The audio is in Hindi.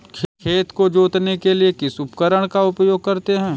खेत को जोतने के लिए किस उपकरण का उपयोग करते हैं?